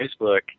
Facebook